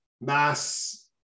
mass